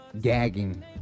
gagging